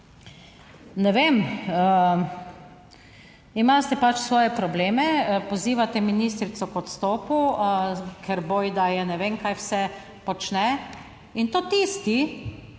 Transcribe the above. ne vem, imate pač svoje probleme, pozivate ministrico k odstopu, ker bojda je ne vem kaj vse, počne, in to tisti,